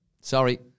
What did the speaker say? Sorry